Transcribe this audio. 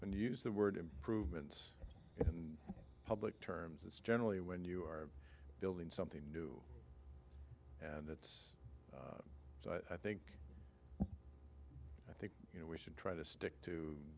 when you use the word improvements in public terms it's generally when you are building something new and it's so i think you know we should try to stick